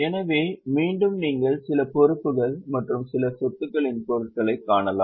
எனவே மீண்டும் நீங்கள் சில பொறுப்புகள் மற்றும் சில சொத்துக்களின் பொருட்களைக் காணலாம்